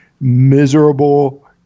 miserable